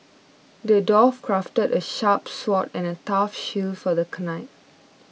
the dwarf crafted a sharp sword and a tough shield for the knight